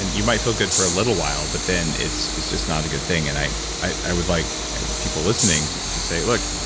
and you might feel good for a little while, but then it's it's not a good thing and i i would like people listening to to say, look,